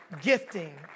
gifting